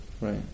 right